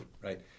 right